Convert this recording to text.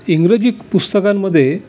इंग्रजी पुस्तकांमध्ये